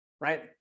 right